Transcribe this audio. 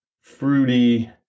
fruity